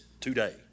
today